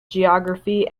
geography